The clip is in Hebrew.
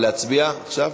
להצביע עכשיו?